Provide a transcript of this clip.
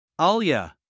Alia